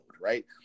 right